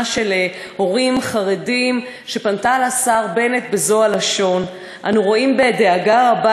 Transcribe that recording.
של הורים חרדים שפנתה לשר בנט בזו הלשון: אנו רואים בדאגה רבה